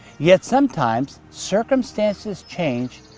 yet sometimes circumstances change,